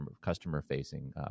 customer-facing